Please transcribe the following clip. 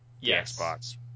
Yes